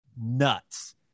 nuts